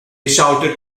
shouted